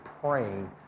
praying